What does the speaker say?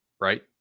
right